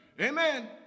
Amen